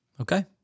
Okay